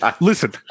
listen